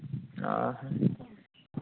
ᱚᱻ